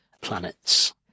planets